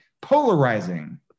polarizing